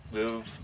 move